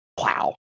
Wow